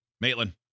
Maitland